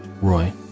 Roy